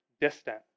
distant